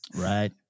right